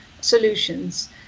solutions